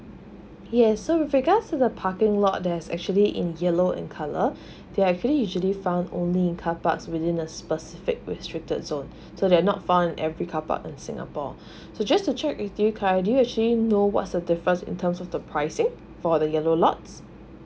yes so with regards to the parking lot there's actually in yellow in colour they're actually usually found only in carparks within a specific restricted zone so that not found in every car park in singapore so just to check with you khairi do you actually know what's the difference in terms of the pricing for the yellow lots